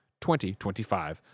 2025